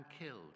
killed